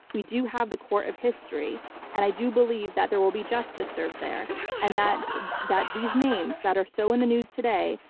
we do have the core of history and i do believe that there will be justice served there and that that these names that are so in the news today,